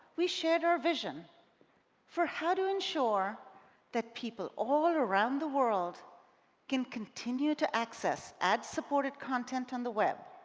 we shared our vision for how to ensure that people all around the world can continue to access ad supported content on the web,